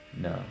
No